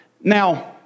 Now